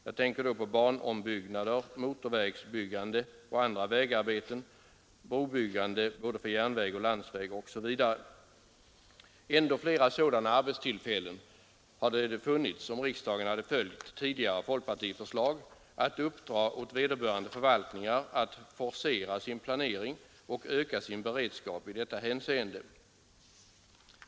Jag tänker då på banombyggnader, motorvägsbyggande och andra vägarbeten, brobyggande både för järnväg och landsväg osv. Ännu fler sådana arbetstillfällen hade det funnits, om riksdagen hade följt tidigare folkpartiförslag att uppdra åt vederbörande förvaltningar att forcera sin planering och öka sin beredskap i detta hänseende.